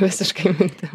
visiškai mintim